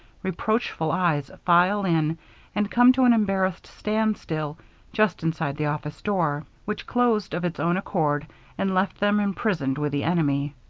reproachful eyes file in and come to an embarrassed standstill just inside the office door, which closed of its own accord and left them imprisoned with the enemy.